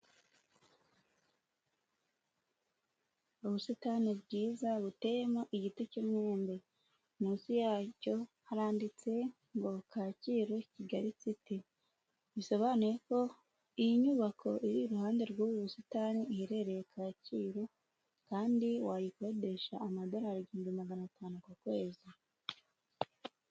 Ubusitani bwiza buteyemo igiti cy'umwembe munsi yacyo haranditse ngo Kacyiru Kigali citi bisobanuye ko iyi nyubako iri iruhande rw'ubu busitani iherereye Kacyiru kandi wayikodesha amadorari igihumbi na magana atanu ku kwezi.